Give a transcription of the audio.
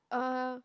uh